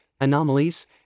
anomalies